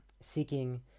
seeking